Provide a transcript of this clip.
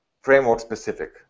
framework-specific